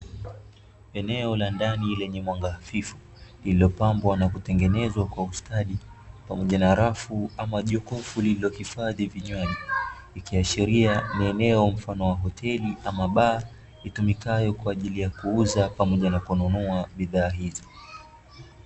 Eneo la ndani lenye mwanga hafifu lililopambwa na kutengenezwa kwa ustadi pamoja na rafu ama jokofu, lililohifadhi vinywaji ikiashiria ni eneo mfano wa hoteli ama baa itumikayo kwa ajili kuuza pamoja na kununua bidhaa hizo.